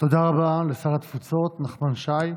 תודה רבה לשר התפוצות נחמן שי.